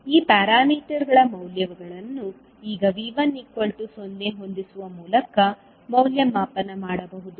ಈ ಪ್ಯಾರಾಮೀಟರ್ಗಳ ಮೌಲ್ಯಗಳನ್ನು ಈಗ V1 0 ಹೊಂದಿಸುವ ಮೂಲಕ ಮೌಲ್ಯಮಾಪನ ಮಾಡಬಹುದು